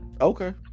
Okay